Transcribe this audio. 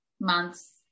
months